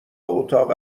اتاق